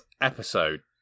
episode